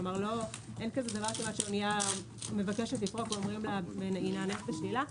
כלומר אין דבר כזה שאוניה מבקשת לפרוק ונענית בשלילה.